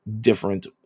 different